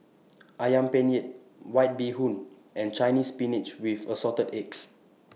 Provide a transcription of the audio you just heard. Ayam Penyet White Bee Hoon and Chinese Spinach with Assorted Eggs